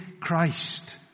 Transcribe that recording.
Christ